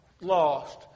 lost